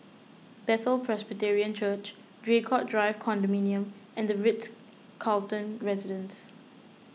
Bethel Presbyterian Church Draycott Drive Condominium and the Ritz Carlton Residences